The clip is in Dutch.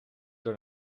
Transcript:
door